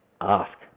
Ask